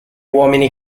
uomini